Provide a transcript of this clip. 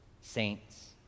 saints